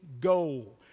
goal